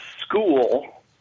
school